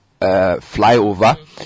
flyover